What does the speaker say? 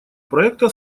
проекта